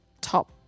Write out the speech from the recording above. top